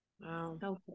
Wow